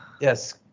Yes